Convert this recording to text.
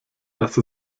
dass